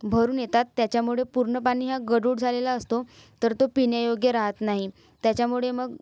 भरून येतात त्याच्यामुळे पूर्ण पाणी हा गढूळ झालेला असतो तर तो पिण्यायोग्य राहत नाही त्याच्यामुळे मग